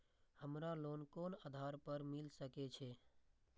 हमरा लोन कोन आधार पर मिल सके छे?